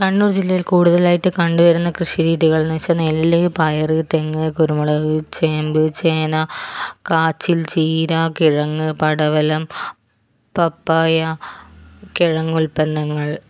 കണ്ണൂർ ജില്ലയിൽ കൂടുതലായിട്ട് കണ്ടുവരുന്ന കൃഷിരീതികളെന്നു വെച്ചാൽ നെല്ല് പയർ തെങ്ങ് കുരുമുളക് ചേമ്പ് ചേന കാച്ചിൽ ചീര കിഴങ്ങ് പടവലം പപ്പായ കിഴങ്ങുൽപ്പന്നങ്ങൾ